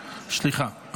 אדוני היו"ר --- סליחה,